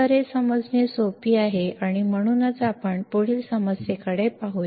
तर हे समजणे सोपे आहे आणि म्हणूनच आपण पुढील समस्येकडे जात राहूया